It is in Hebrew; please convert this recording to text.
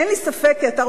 אין לי ספק כי אתה,